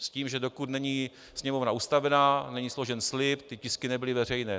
S tím, že dokud není Sněmovna ustavená a není složen slib, ty tisky nebyly veřejné.